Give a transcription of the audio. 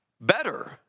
Better